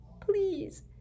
please